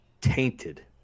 tainted